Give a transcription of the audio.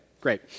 great